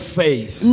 faith